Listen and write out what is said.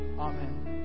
Amen